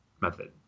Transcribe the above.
method